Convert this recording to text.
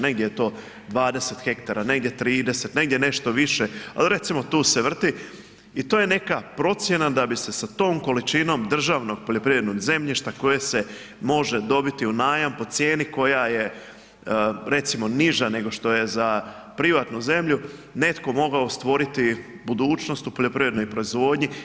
Negdje je to 20 hektara, negdje 30, negdje nešto više, ali recimo tu se vrti i to je neka procjena da bi se sa tom količinom državnog poljoprivrednog zemljišta koje se može dobiti u najam po cijeni koja je recimo niža nego što je za privatnu zemlju, netko mogao stvoriti budućnost u poljoprivrednoj proizvodnji.